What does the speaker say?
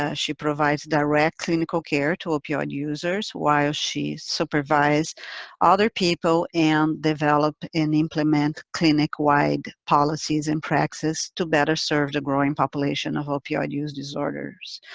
ah she provides direct clinical care to opioid users while she supervises other people and develops and implements clinic-wide policies and practice to better serve the growing population of opioid use disorders